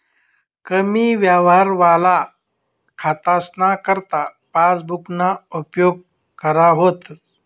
कमी यवहारवाला खातासना करता पासबुकना उपेग करा व्हता